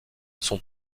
son